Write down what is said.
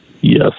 Yes